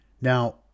now